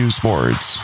sports